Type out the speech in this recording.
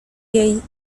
jej